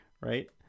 right